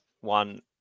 one